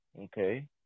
Okay